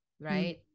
right